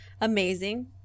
Amazing